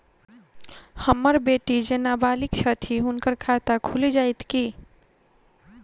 हम्मर बेटी जेँ नबालिग छथि हुनक खाता खुलि जाइत की?